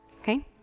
Okay